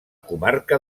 comarca